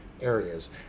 areas